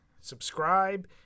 subscribe